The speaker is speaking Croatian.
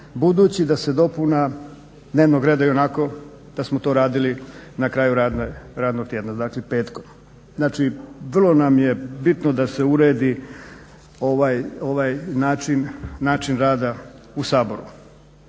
budući da se dopuna dnevnog reda ionako da smo to radili na kraju radnog tjedna, dakle petkom. Znači vrlo nam je bitno da se uredi ovaj način rada u Saboru.